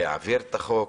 להעביר את החוק.